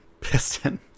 Piston